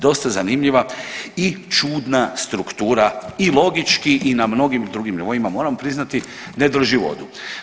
Dosta zanimljiva i čudna struktura i logički i na mnogim drugim nivoima, moram priznati ne drži vodu.